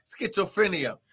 schizophrenia